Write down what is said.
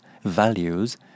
values